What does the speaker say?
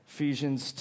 Ephesians